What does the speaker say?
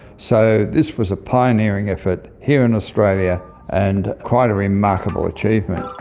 so this was a pioneering effort here in australia and quite a remarkable achievement.